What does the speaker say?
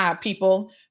people